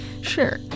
sure